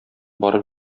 барып